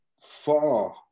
far